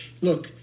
look